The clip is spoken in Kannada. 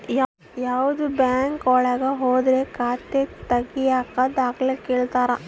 ಯಾವ್ದೇ ಬ್ಯಾಂಕ್ ಒಳಗ ಹೋದ್ರು ಖಾತೆ ತಾಗಿಯಕ ದಾಖಲೆ ಕೇಳ್ತಾರಾ